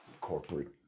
corporate